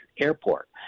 airport